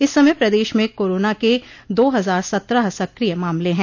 इस समय प्रदेश में कोरोना के दो हजार सत्रह सक्रिय मामले हैं